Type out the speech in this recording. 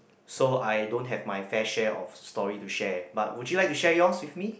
so I don't have my fair share of story to share but would you like to share yours with me